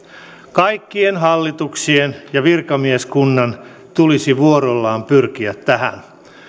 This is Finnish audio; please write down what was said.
kaikkien hallituksien ja virkamieskunnan tulisi vuorollaan pyrkiä tähän